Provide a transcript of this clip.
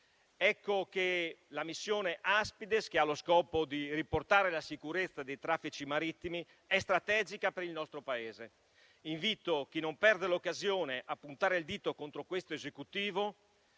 Ecco che la missione Aspides, che ha lo scopo di riportare la sicurezza dei traffici marittimi, è strategica per il nostro Paese. Invito chi non perde l'occasione a puntare il dito contro questo Esecutivo